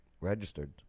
registered